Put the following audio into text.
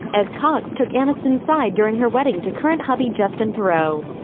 as cox took aniston's side during her wedding to current hubby justin theroux.